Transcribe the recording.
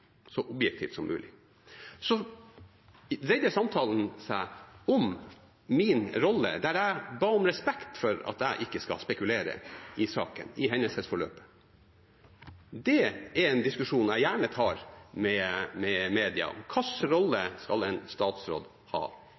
så objektivt som mulig. Samtalen dreide seg om min rolle, der jeg ba om respekt for at jeg ikke skal spekulere i denne saken, om hendelsesforløpet. Det er en diskusjon jeg gjerne tar med media. Hvilken rolle skal en statsråd ha